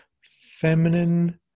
feminine